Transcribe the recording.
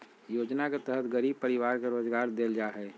योजना के तहत गरीब परिवार के रोजगार देल जा हइ